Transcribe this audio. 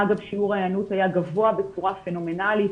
אגב, שיעור ההיענות היה גבוה בצורה פנומנלית.